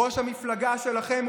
ראש המפלגה שלכם,